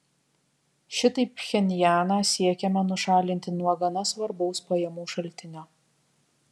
šitaip pchenjaną siekiama nušalinti nuo gana svarbaus pajamų šaltinio